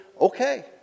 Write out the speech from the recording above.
Okay